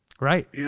Right